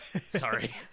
sorry